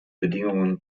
bedingungen